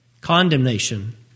condemnation